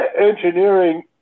engineering